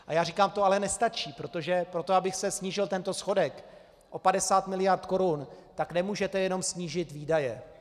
A já říkám: To ale nestačí, protože pro to, aby se snížil tento schodek o 50 mld. korun, nemůžete jenom snížit výdaje.